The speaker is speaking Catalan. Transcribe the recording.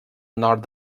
nord